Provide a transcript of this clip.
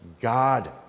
God